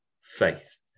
faith